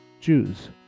Jews